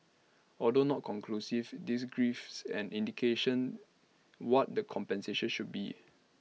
although not conclusive this grives an indication what the compensation should be